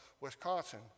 Wisconsin